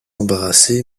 embarrassé